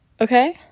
okay